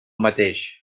mateix